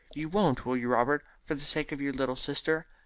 you won't, will you, robert, for the sake of your little sister?